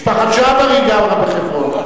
משפחת ג'עברי גרה בחברון.